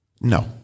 No